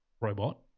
robot